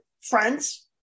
friends